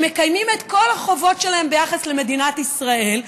שמקיימים את כל החובות שלהם ביחס למדינת ישראל,